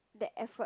that effort